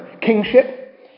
kingship